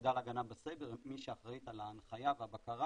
היחידה להגנה בסייבר היא מי שאחראית על ההנחיה והבקרה